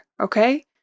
okay